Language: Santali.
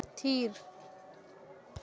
ᱛᱷᱤᱨ